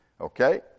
Okay